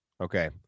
okay